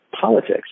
politics